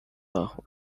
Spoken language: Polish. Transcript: dachu